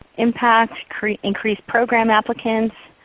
impact, increase program applicants,